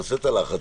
נעשה את הלחץ.